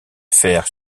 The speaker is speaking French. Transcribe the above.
faire